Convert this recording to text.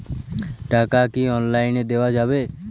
টাকা কি অনলাইনে দেওয়া যাবে?